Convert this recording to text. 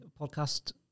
podcast